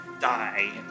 die